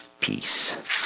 peace